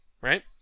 right